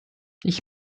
ich